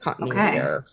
okay